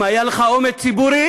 אם היה לך אומץ ציבורי,